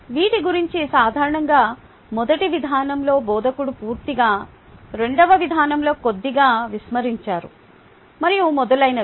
వీటి గురించి సాధారణంగా మొదటి విధానంలో బోధకుడు పూర్తిగా రెండవ విధానంలో కొద్దిగా విస్మరించారు మరియు మొదలైనవి